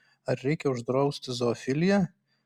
ar reikia uždrausti zoofiliją